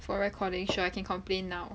for recording sure I can complain now